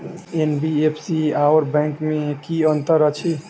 NBFC आओर bank मे की अंतर अछि?